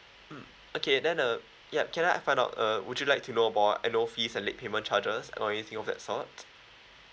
mm okay then uh yup can I find out uh would you like to know about annual fees and late payment charges or anything of that sort